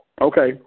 Okay